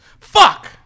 Fuck